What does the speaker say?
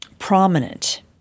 prominent